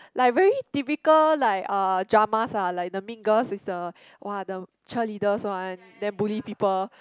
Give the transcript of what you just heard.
like very typical like uh dramas lah like the mean girls is the !wow! the cheerleaders one then bully people